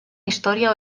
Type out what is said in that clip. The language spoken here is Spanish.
historia